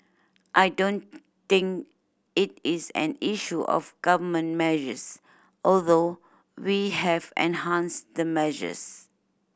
I don't think it is an issue of Government measures although we have enhanced the measures